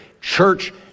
church